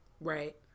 Right